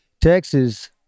Texas